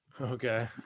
Okay